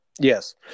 Yes